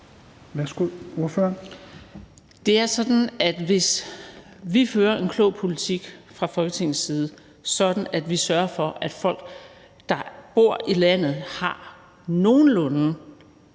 Krarup (DF): Det er sådan, at hvis vi fører en klog politik fra Folketingets side, sådan at vi sørger for, at folk, der bor i landet, har nogenlunde